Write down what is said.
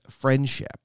friendship